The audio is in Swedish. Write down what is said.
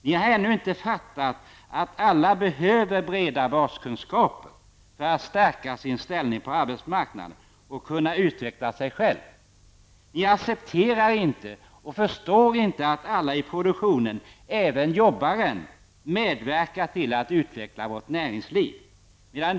Ni har ännu inte förstått att alla behöver breda baskunskaper för att stärka sin ställning på arbetsmarknaden och kunna utveckla sig själv. Ni accepterar inte och förstår inte att alla i produktionen, även arbetaren, medverkar till att utveckla vårt näringsliv.